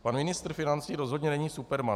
Pan ministr financí rozhodně není superman.